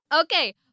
Okay